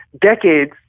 decades